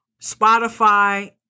Spotify